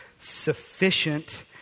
sufficient